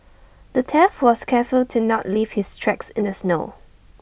the thief was careful to not leave his tracks in the snow